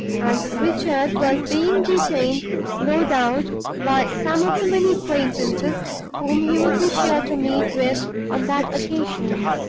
and richard was being detained no doubt by some of the many acquaintances whom he would be sure to meet with on that occasion.